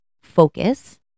focus